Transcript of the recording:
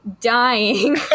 dying